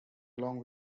along